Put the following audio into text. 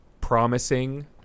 promising